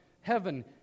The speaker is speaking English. heaven